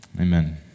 Amen